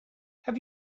have